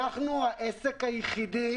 אנחנו העסק היחידי,